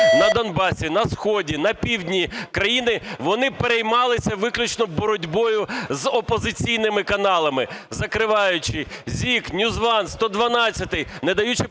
на Донбасі, на сході, на півдні країни, вони переймалися виключно боротьбою з опозиційними каналами, закриваючи ZIK, NewsOne, "112", не даючи